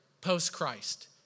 post-Christ